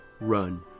run